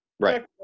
Right